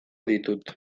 ditut